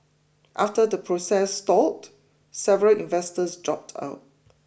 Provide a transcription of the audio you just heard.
after the process stalled several investors dropped out